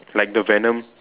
like the venom